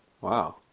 Wow